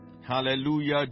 Hallelujah